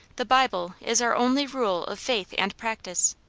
the bible is our only rule of faith and practice.